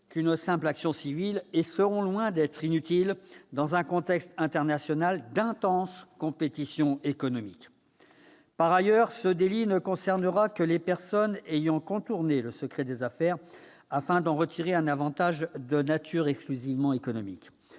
qu'une simple action civile et seront loin d'être inutiles dans un contexte international d'intense compétition économique. Par ailleurs, ce délit ne concernera que les personnes ayant contourné le secret des affaires afin d'en retirer un avantage de nature exclusivement économique.